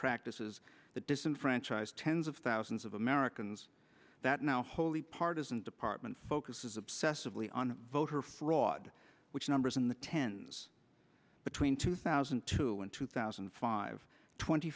practices that disenfranchise tens of thousands of americans that now wholly partisan department focuses obsessive lee on voter fraud which numbers in the tens between two thousand and two and two thousand and five twenty